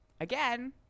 again